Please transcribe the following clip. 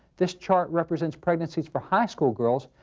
this chart represents pregnancies for high school girls,